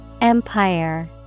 Empire